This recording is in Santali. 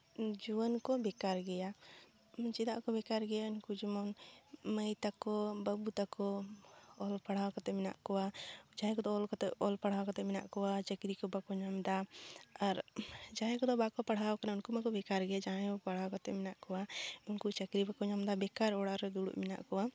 ᱡᱩᱣᱟᱹᱱ ᱠᱚ ᱵᱮᱠᱟᱨ ᱜᱮᱭᱟ ᱪᱮᱫᱟᱜ ᱠᱚ ᱵᱮᱠᱟᱨ ᱜᱮᱭᱟ ᱩᱱᱠᱩ ᱡᱮᱢᱚᱱ ᱢᱟᱹᱭ ᱛᱟᱠᱚ ᱵᱟᱹᱵᱩ ᱛᱟᱠᱚ ᱚᱞ ᱯᱟᱲᱦᱟᱣ ᱠᱟᱛᱮ ᱢᱮᱱᱟᱜ ᱠᱚᱣᱟ ᱡᱟᱦᱟᱸᱭ ᱠᱚᱫᱚ ᱚᱞ ᱠᱟᱛᱮ ᱚᱞ ᱯᱟᱲᱦᱟᱣ ᱠᱟᱛᱮ ᱢᱮᱱᱟᱜ ᱠᱚᱣᱟ ᱪᱟᱹᱠᱨᱤ ᱠᱚ ᱵᱟᱠᱚ ᱧᱟᱢ ᱮᱫᱟ ᱟᱨ ᱡᱟᱦᱟᱸᱭ ᱠᱚᱫᱚ ᱵᱟᱠᱚ ᱯᱟᱲᱦᱟᱣ ᱠᱟᱱᱟ ᱩᱱᱠᱩ ᱢᱟᱠᱚ ᱵᱮᱠᱟᱨ ᱜᱮ ᱡᱟᱦᱟᱸᱭ ᱠᱚ ᱯᱟᱲᱦᱟᱣ ᱠᱟᱛᱮ ᱢᱮᱱᱟᱜ ᱠᱚᱣᱟ ᱩᱱᱠᱩ ᱪᱟᱹᱠᱨᱤ ᱵᱟᱠᱚ ᱧᱟᱢ ᱮᱫᱟ ᱵᱮᱠᱟᱨ ᱚᱲᱟᱜ ᱨᱮ ᱫᱩᱲᱩᱵ ᱢᱮᱱᱟᱜ ᱠᱚᱣᱟ